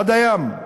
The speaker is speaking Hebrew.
עד הים.